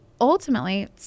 ultimately